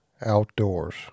Outdoors